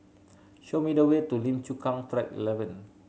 show me the way to Lim Chu Kang Track Eleven